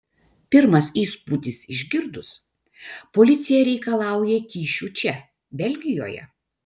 pirmas įspūdis išgirdus policija reikalauja kyšių čia belgijoje